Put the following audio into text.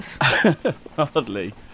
Hardly